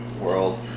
world